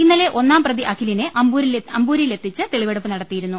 ഇന്നലെ ഒന്നാം പ്രതി അഖിലിന്റെ അമ്പൂരിയി ലെത്തിച്ച് തെളിവെടുപ്പ് നടത്തിയിരുന്നു